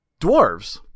Dwarves